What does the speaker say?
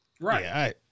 Right